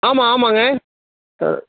ஆமாம் ஆமாங்க